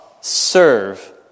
serve